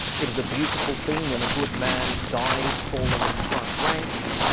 it is a beautiful thing when a good man dies, falling in the front ranks.